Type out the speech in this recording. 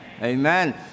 Amen